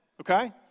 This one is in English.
Okay